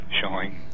showing